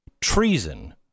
treason